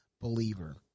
believer